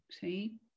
see